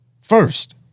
first